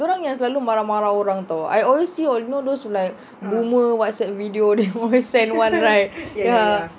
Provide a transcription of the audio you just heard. dorang yang selalu marah-marah orang [tau] I always see you know all those like boomer whatsapp video then always send [one] right